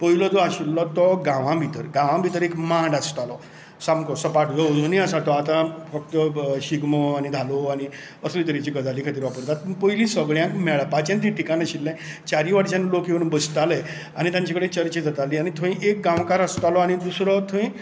पयलो जो आशिल्लो तो गांवा भितर गांवा भितर एक मांड आसतालो सामको सपाट जो आजुनूय आसा तो आतां फक्त शिगमो आनी धालो आनी असले तरेच्या गजाली खातीर वापरतात पण पयलीं सगळ्यांक मेळपाचें तें ठिकाण आशिल्लें चारीय वाटेनच्यान लोक येवन बसताले आनी तांचे कडेन चर्चा जाताली पयलीं एक गांवकार आसतालो आनी दुसरो थंय